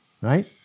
right